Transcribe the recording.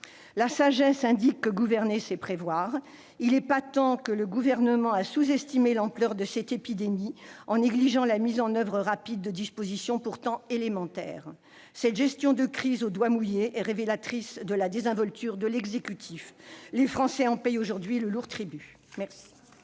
La sagesse indique que gouverner, c'est prévoir. Il est patent que le Gouvernement a sous-estimé l'ampleur de cette épidémie, en négligeant la mise en oeuvre rapide de dispositions pourtant élémentaires. Cette gestion de crise au doigt mouillé est révélatrice de la désinvolture de l'exécutif ; les Français en paient aujourd'hui le lourd tribut.